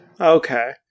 Okay